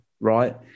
right